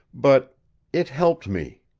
but it helped me.